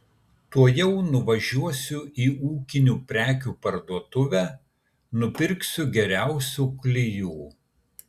tuojau nuvažiuosiu į ūkinių prekių parduotuvę nupirksiu geriausių klijų